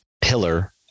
pillar